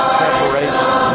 preparation